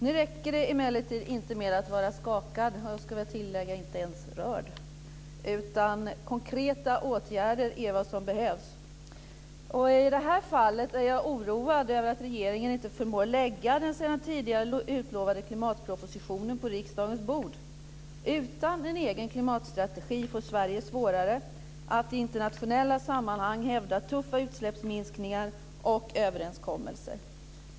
Nu räcker det emellertid inte med att vara skakad, jag skulle vilja tillägga inte ens rörd, utan konkreta åtgärder är vad som behövs. I det här fallet är jag oroad över att regeringen inte förmår lägga fram den sedan tidigare utlovade klimatpropositionen på riksdagens bord. Utan en egen klimatstrategi får Sverige svårare att i internationella sammanhang hävda tuffa utsläppsminskningar och överenskommelser.